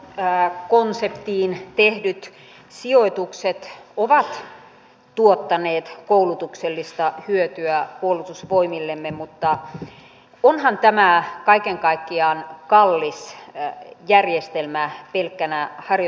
taisteluosastokonseptiin tehdyt sijoitukset ovat tuottaneet koulutuksellista hyötyä puolustusvoimillemme mutta onhan tämä kaiken kaikkiaan kallis järjestelmä pelkkänä harjoitustoimintana